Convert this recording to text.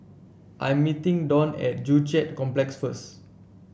I'm meeting Don at Joo Chiat Complex first